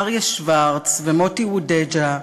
אריה שוורץ ומוטי וודג'ה,